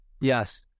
Yes